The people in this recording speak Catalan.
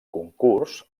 concurs